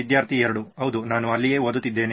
ವಿದ್ಯಾರ್ಥಿ 2 ಹೌದು ನಾನು ಅಲ್ಲಿಯೇ ಓದುತ್ತಿದ್ದೇನೆ